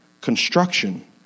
construction